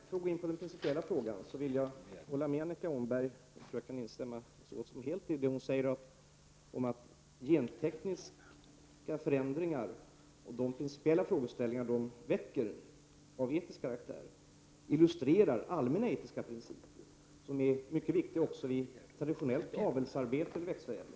För att gå in på den principiella frågan kan jag så gott som helt instämma idet som Annika Åhnberg sade om att gentekniska förändringar och de principiella frågeställningar som det väcker av etisk karaktär illustrerar allmänna etiska principer, som är mycket viktiga även vid traditionellt avelsarbete och traditionell växtförädling.